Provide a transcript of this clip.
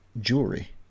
jewelry